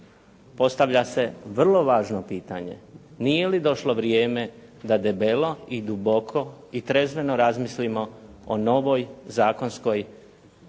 postavlja se vrlo važno pitanje nije li došlo vrijeme da debelo i duboko i trezveno razmislimo o novoj zakonskoj